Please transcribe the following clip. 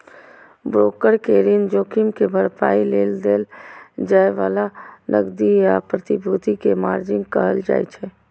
broker कें ऋण जोखिम के भरपाइ लेल देल जाए बला नकदी या प्रतिभूति कें मार्जिन कहल जाइ छै